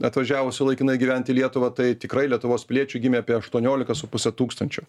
atvažiavusių laikinai gyvent į lietuvą tai tikrai lietuvos piliečių gimė apie aštuoniolika su puse tūkstančio